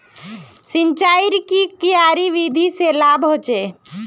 सिंचाईर की क्यारी विधि से की लाभ होचे?